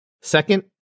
Second